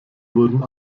wurden